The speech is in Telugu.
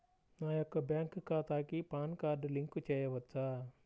నా యొక్క బ్యాంక్ ఖాతాకి పాన్ కార్డ్ లింక్ చేయవచ్చా?